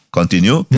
continue